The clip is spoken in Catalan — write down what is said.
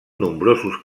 nombrosos